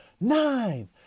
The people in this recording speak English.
nine